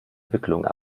wicklungen